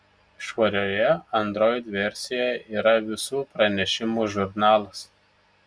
švarioje android versijoje yra visų pranešimų žurnalas